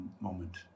moment